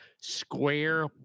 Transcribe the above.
square